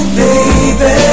baby